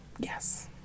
Yes